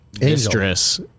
mistress